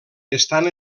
estan